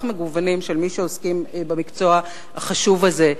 מגוונים של מי שעוסקים במקצוע החשוב הזה.